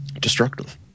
destructive